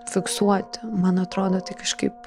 fiksuoti man atrodo tai kažkaip